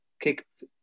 kicked